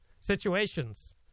situations